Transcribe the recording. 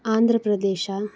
Andhra Pradesh